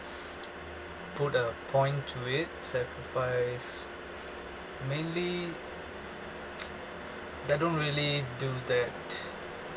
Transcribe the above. put a point to it sacrifice mainly I don't really do that